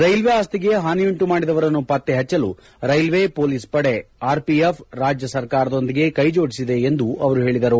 railway ಆಸ್ತಿಗೆ ಹಾನಿಯುಂಟು ಮಾಡಿದವರನ್ನು ಪತ್ತೆ ಹಚ್ಚಲು ರೈಲ್ವೆ ಮೊಲೀಸ್ ಪಡೆ ಆರ್ಪಿಎಫ್ ರಾಜ್ಯ ಸರ್ಕಾರದೊಂದಿಗೆ ಕೈಜೋಡಿಸಿದೆ ಎಂದು ಹೇಳದರು